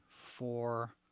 four